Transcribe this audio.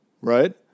right